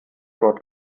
dort